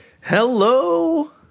Hello